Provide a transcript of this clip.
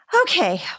Okay